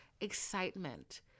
excitement